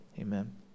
amen